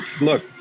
look